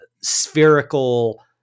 spherical